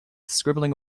scribbling